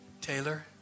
taylor